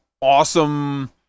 awesome